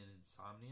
insomnia